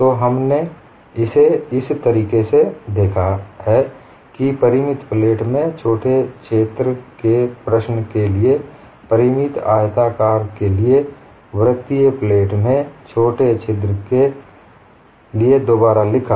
तो हमने इसे इस तरीके से देखा है कि परिमित प्लेट में छोटे क्षेत्र के प्रश्न के लिए परिमित आयताकार प्लेट के लिए वृत्तीय प्लेट में छोटे क्षेत्र के लिए दोबारा लिखा